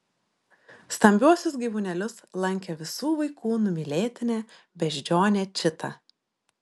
stambiuosius gyvūnėlius lankė visų vaikų numylėtinė beždžionė čita